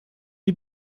die